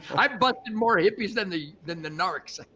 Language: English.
i've busted more hippies than the than the narcs.